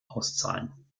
auszahlen